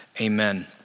amen